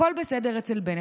הכול בסדר אצל בנט.